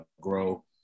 grow